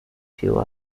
few